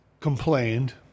complained